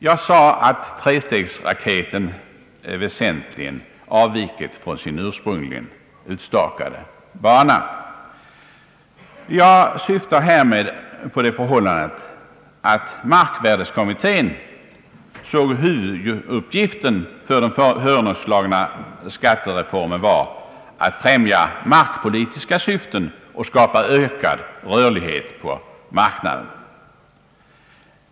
Jag sade, att trestegsraketen väsentligt avvikit från sin ursprungligen utstakade bana. Jag syftar härvid på det förhållandet, att markvärdekommittén såg huvuduppgiften för den föreslagna skattereformen vara att främja markpolitiska syften och skapa ökad rörlighet på marknaden.